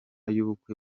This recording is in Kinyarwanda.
y’ubukwe